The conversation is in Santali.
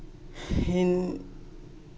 ᱦᱮᱸ